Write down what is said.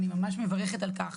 ואני ממש מברכת על כך,